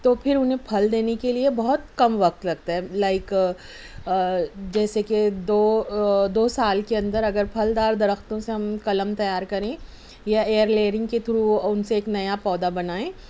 تو پھر انہیں پھل دینے کے لئے بہت کم وقت لگتا ہے لائک جیسے کہ دو دو سال کے اندر اگر پھل دار درختوں سے ہم قلم تیار کریں یا ایئر لیئرنگ کے تھرو ان سے ایک نیا پودا